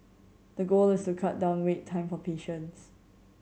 the goal is to cut down wait time for patients